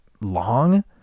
long